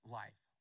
life